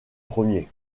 premiers